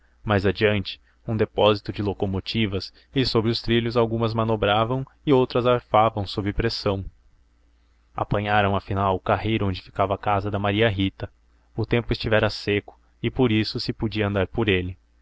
mais adiante um depósito de locomotivas e sobre os trilhos algumas manobravam e outras arfavam sob pressão apanharam afinal o carreiro onde ficava a casa da maria rita o tempo estivera seco e por isso se podia andar por ele